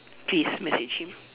please message him